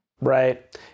Right